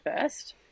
first